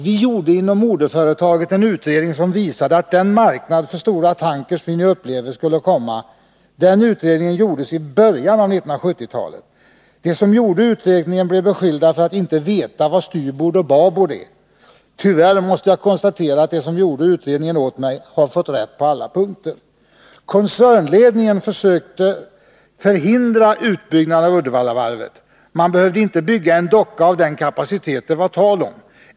Vi gjorde inom moderföretaget en utredning som visade att den marknad för stora tankers vi nu upplever skulle komma. Den utredningen gjordes i början av 1970-talet. De som gjorde utredningen blev beskyllda för att inte veta vad styrbord och babord är. Tyvärr måste jag konstatera att de som gjorde utredningen åt mig har fått rätt på alla punkter. Koncernledningen försökte förhindra utbyggnaden av Uddevallavarvet. Man behövde inte bygga en docka av den kapacitet det varit tal om.